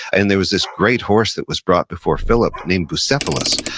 and there was this great horse that was brought before philip named bucephalus,